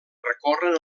recorren